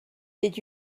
did